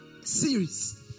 series